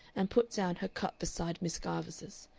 and put down her cup beside miss garvice's.